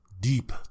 deep